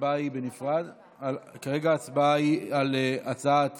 ההצבעה היא בנפרד, וכרגע ההצבעה היא על הצעת